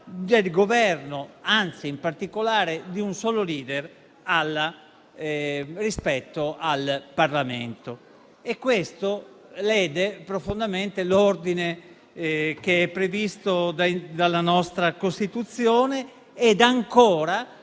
del Governo, anzi in particolare di un solo *leader,* rispetto al Parlamento. E questo lederebbe profondamente l'ordine previsto dalla nostra Costituzione. Inoltre,